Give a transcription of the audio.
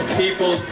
people